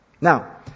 Now